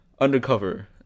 Undercover